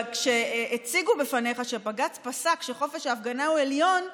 כשהציגו בפניך שבג"ץ פסק שחופש ההפגנה הוא עליון,